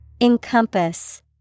Encompass